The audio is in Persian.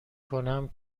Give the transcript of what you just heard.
کنم